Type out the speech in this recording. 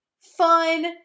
fun